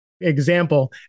example